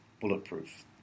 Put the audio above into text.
bulletproof